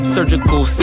Surgical